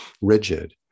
rigid